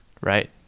Right